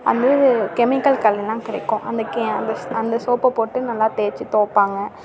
அது கெமிக்கல் கடையில்தான் கிடைக்கும் அந்த கெ அந்த அந்த சோப்பை போட்டு நல்லா தேய்ச்சி தொவைப்பாங்க